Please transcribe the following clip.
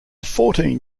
fourteen